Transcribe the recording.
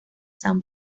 san